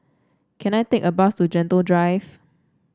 can I take a bus to Gentle Drive